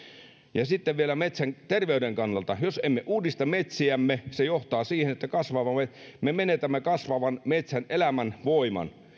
sitten vielä metsän terveyden kannalta jos emme uudista metsiämme se johtaa siihen että me menetämme kasvavan metsän elämänvoiman